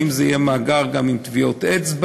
אם זה יהיה מאגר גם עם טביעות אצבע.